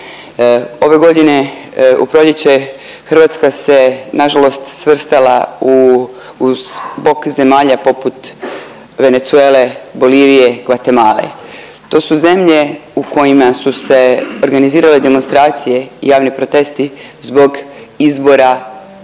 Ove godine u proljeće Hrvatska se nažalost svrstala u, uz bok zemalja poput Venezuele, Bolivije, Gvatemale. To su zemlje u kojima su se organizirale demonstracije i javni protesti zbog izbora državnih